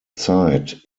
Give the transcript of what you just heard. zeit